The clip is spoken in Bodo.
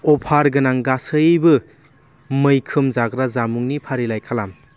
अफार गोनां गासैबो मैखोम जाग्रा जामुंनि फारिलाइ खालाम